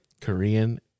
Korean